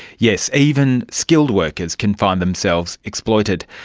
yes, even skilled workers can find themselves exploited.